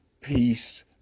peace